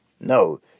No